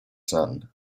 son